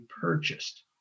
purchased